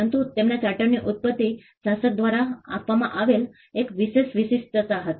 પરંતુ તેમના ચાર્ટરની ઉત્પત્તિ શાસક દ્વારા આપવામાં આવેલ એક વિશેષ વિશેષતા હતી